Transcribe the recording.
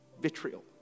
vitriol